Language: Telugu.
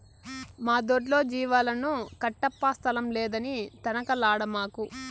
మా దొడ్లో జీవాలను కట్టప్పా స్థలం లేదని తనకలాడమాకు